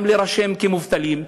גם להירשם כמובטלים,